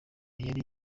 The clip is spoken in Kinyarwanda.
yari